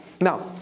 Now